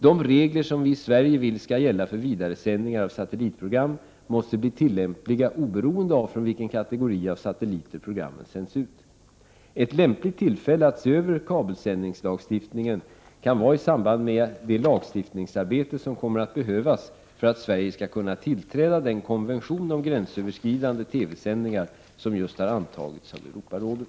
De regler som vi i Sverige vill skall gälla för vidaresändningar av satellitprogram måste bli tillämpliga oberoende av från vilken kategori av satelliter programmen sänds ut. Ett lämpligt tillfälle att se över kabelsändningslagstiftningen kan vara i samband med det lagstiftningsarbete som kommer att behövas för att Sverige skall kunna tillträda den konvention om gränsöverskridande TV-sändningar som just har antagits av Europarådet.